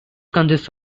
consists